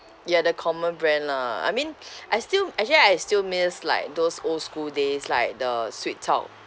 ya the common brand lah I mean I still actually I still miss like those old school days like the sweettalk